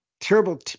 terrible